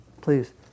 Please